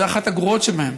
זו אחת הגרועות שבהן.